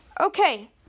Okay